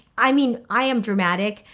i mean, i am dramatic,